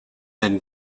then